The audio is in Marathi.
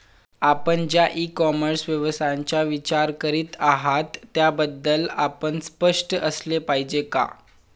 आपण ज्या इ कॉमर्स व्यवसायाचा विचार करीत आहात त्याबद्दल आपण स्पष्ट असले पाहिजे का?